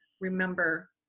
remember